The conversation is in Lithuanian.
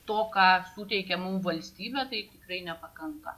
to ką suteikia mum valstybė tai tikrai nepakanka